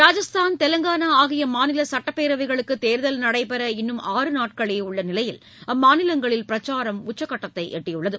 ராஜஸ்தான் தெலங்கானா ஆகிய மாநில சட்டப்பேரவைகளுக்கு தேர்தல் நடைபெற இன்னும் ஆறு நாட்களே உள்ள நிலையில் அம்மாநிலங்களில் பிரச்சாரம் உச்சகட்டத்தை எட்டியுள்ளது